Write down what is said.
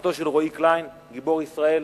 משפחתו של רועי קליין, גיבור ישראל.